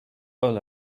all